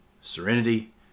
serenity